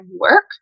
work